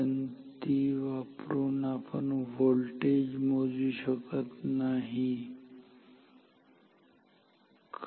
पण ती वापरून आपण व्होटेज मोजू शकत नाही का